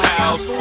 House